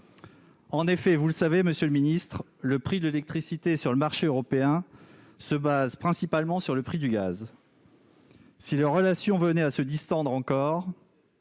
En effet, vous le savez, Monsieur le Ministre, le prix le électricité sur le marché européen se base principalement sur le prix du gaz. Si les relations venait à se distendre encore.